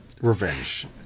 revenge